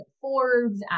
Forbes